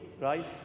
right